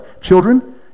children